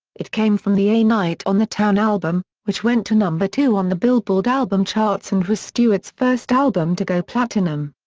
it came from the a night on the town album, which went to number two on the billboard album charts and was stewart's first album to go platinum.